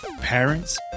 parents